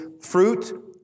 Fruit